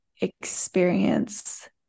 experience